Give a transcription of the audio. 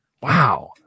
Wow